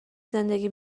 زندگی